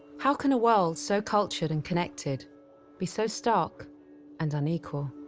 how can a world so cultured and connected be so stuck and unequal?